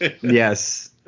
Yes